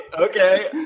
Okay